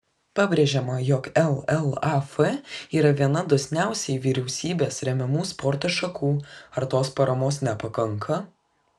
pabrėžiama jog llaf yra viena dosniausiai vyriausybės remiamų sporto šakų ar tos paramos nepakanka